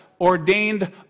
ordained